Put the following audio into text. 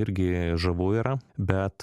irgi žavu yra bet